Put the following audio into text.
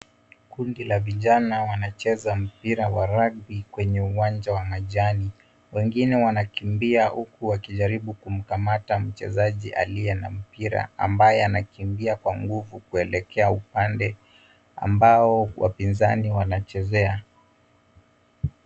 Kundi la vijana wanacheza mpira wa rugby kwenye uwanjani. Wengine wanakimbia huku wakijaribu kumkamata mchezaji aliye na mpira ambaye anakimbia kwa nguvu kuelekea upande ambao wapinzani wanachezea.